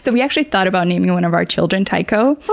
so we actually thought about naming one of our children tycho,